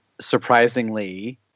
surprisingly